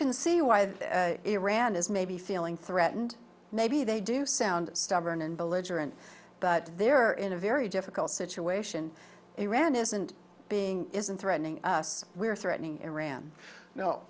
can see why the iran's maybe feeling threatened maybe they do sound stubborn and belligerent but they're in a very difficult situation iran isn't being isn't threatening us we're threatening iran